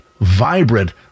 vibrant